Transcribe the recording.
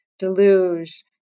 deluge